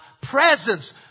presence